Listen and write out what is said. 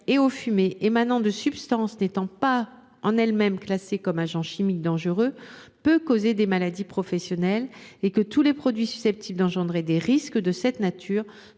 et aux fumées émanant de substances n’étant pas en tant que telles classées parmi les agents chimiques dangereux peut causer des maladies professionnelles. Cela étant, tous les produits susceptibles d’engendrer des risques de cette nature